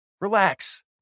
Relax